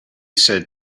said